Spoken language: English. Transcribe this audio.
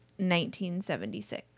1976